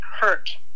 hurt